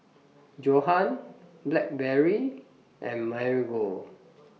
Johan Blackberry and Marigold